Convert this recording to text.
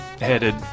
headed